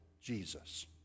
Jesus